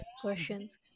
questions